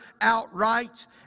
outright